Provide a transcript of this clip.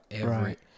Right